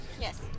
Yes